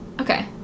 Okay